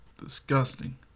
Disgusting